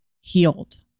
healed